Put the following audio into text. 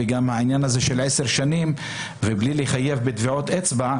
וגם העניין של עשר שנים ובלי לחייב בטביעות אצבע,